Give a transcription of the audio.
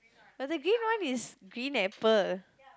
but the green one is green apple